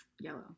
yellow